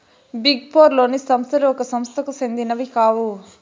big four లోని సంస్థలు ఒక సంస్థకు సెందినవి కావు